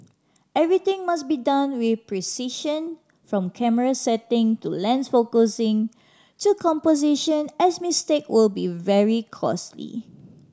everything must be done with precision from camera setting to lens focusing to composition as mistake will be very costly